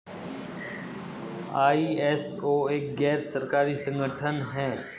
ISO एक गैर सरकारी संगठन है